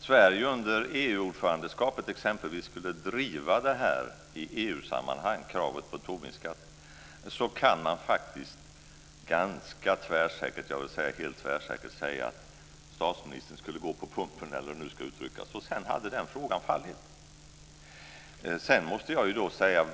Sverige under EU-ordförandeskapet exempelvis skulle driva kravet på Tobinskatt i EU sammanhang så kan man ganska - för att inte säga helt - tvärsäkert säga att statsministern skulle gå på pumpen. Sedan skulle den frågan ha fallit.